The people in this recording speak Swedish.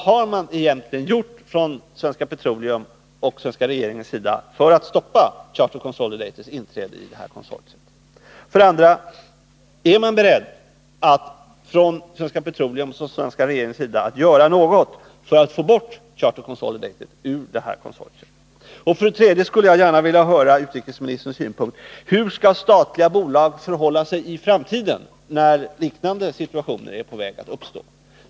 Vad har egentligen Svenska Petroleum och den svenska regeringen gjort för att stoppa Charter Consolidateds inträde i konsortiet? 2. Är man beredd att göra någonting — från Svenska Petroleums och den svenska regeringens sida — för att få bort Charter Consolidated ur det här konsortiet? 3. Jag skulle också gärna vilja höra utrikesministerns synpunkter på hur utländska statliga bolag skall förhålla sig i framtiden när liknande situationer är på väg att uppstå.